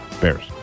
Bears